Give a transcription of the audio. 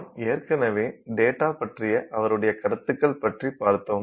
நாம் ஏற்கனவே டேட்டா பற்றிய அவருடைய கருத்துக்கள் பற்றிப் பார்த்தோம்